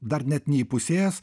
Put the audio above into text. dar net neįpusėjęs